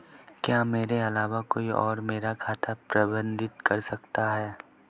क्या मेरे अलावा कोई और मेरा खाता प्रबंधित कर सकता है?